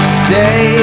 stay